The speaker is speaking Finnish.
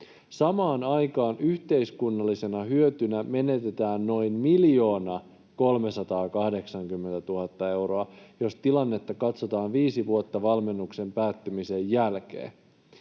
samaan aikaan yhteiskunnallisena hyötynä menetetään noin 1 380 000 euroa, jos tilannetta katsotaan viisi vuotta valmennuksen päättymisen jälkeen.